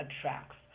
attracts